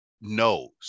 knows